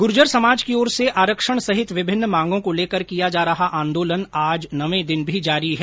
गुर्जर समाज की ओर से आरक्षण सहित विभिन्न मांगों को लेकर किया जा रहा आंदोलन आज नवें दिन भी जारी है